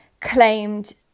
claimed